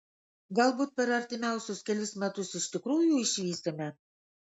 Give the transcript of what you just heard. galbūt per artimiausius kelis metus iš tikrųjų išvysime